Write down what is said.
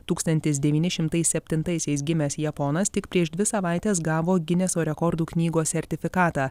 tūkstantis devyni šimtai septintaisiais gimęs japonas tik prieš dvi savaites gavo gineso rekordų knygos sertifikatą